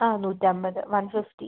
ആ നൂറ്റൻപത് one fifty